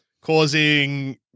Causing